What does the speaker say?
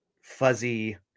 fuzzy